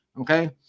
Okay